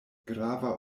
grava